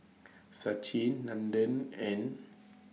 Sachin Nandan and